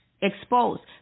exposed